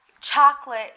chocolate